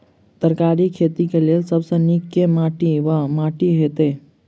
तरकारीक खेती केँ लेल सब सऽ नीक केँ माटि वा माटि हेतै?